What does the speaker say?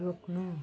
रोक्नु